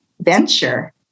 venture